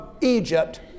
Egypt